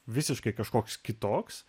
visiškai kažkoks kitoks